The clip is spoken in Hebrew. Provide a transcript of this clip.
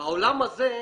העולם הזה,